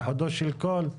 על חודו של קול,